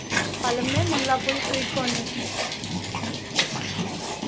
palm میں Manglapur sweet corners